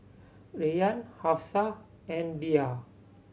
Rayyan Hafsa and Dhia